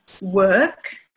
work